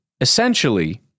essentially